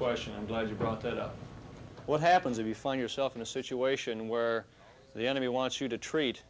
question i'm glad you brought that up what happens if you find yourself in a situation where the enemy wants you to treat